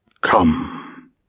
Come